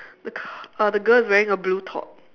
the c~ uh the girl is wearing a blue top